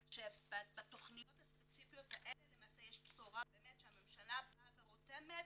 כך שבתכניות הספציפיות האלה למעשה יש בשורה באמת שהממשלה באה ורותמת,